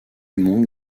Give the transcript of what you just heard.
monde